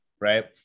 Right